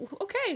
okay